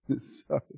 Sorry